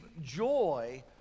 joy